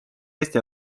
eesti